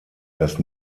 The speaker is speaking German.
das